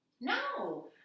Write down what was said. No